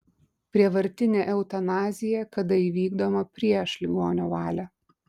prievartinė eutanazija kada įvykdoma prieš ligonio valią